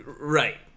Right